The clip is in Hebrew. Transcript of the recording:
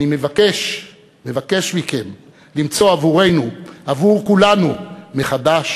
אני מבקש מכם למצוא עבורנו, עבור כולנו, מחדש